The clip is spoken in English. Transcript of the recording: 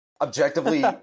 Objectively